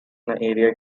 area